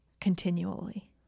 continually